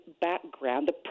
background